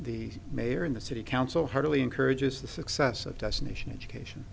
the mayor in the city council heartily encourages the success of destination education